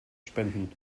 spenden